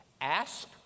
ask